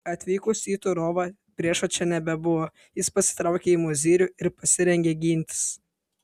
atvykus į turovą priešo čia nebebuvo jis pasitraukė į mozyrių ir pasirengė gintis